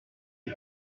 les